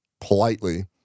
politely